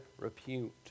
repute